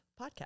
podcast